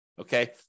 okay